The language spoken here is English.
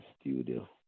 studio